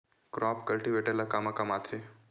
Crop cultivator ला कमा काम आथे?